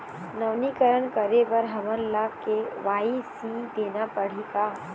नवीनीकरण करे बर हमन ला के.वाई.सी देना पड़ही का?